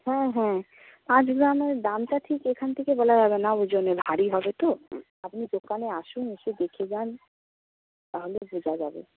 হ্যাঁ হ্যাঁ পাঁচ গ্রামের দামটা ঠিক এখান থেকে বলা যাবে না ওজনে ভারী হবে তো আপনি দোকানে আসুন এসে দেখে যান তাহলে বোঝা যাবে